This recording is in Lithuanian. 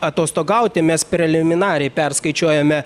atostogauti mes preliminariai perskaičiuojame